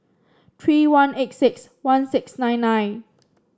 three one eight six one six nine nine